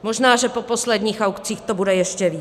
Možná, že po posledních aukcích to bude ještě více.